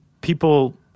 people –